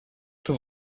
του